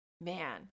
man